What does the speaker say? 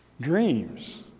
dreams